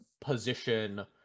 position